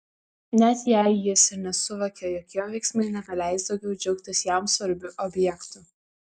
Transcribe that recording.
net jei jis ir nesuvokė jog jo veiksmai nebeleis daugiau džiaugtis jam svarbiu objektu